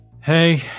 Hey